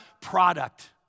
product